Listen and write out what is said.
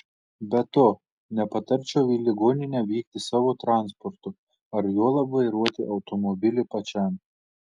be to nepatarčiau į ligoninę vykti savo transportu ar juolab vairuoti automobilį pačiam